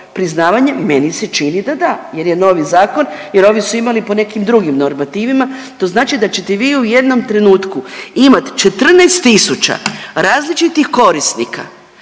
priznavanje meni se čini da da jer je novi zakon, jer ovi su imali ponekim drugim normativima. To znači da ćete vi u jednom trenutku imat 14 tisuća različitih korisnika